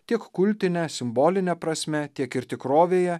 tiek kultine simboline prasme tiek ir tikrovėje